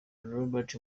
robert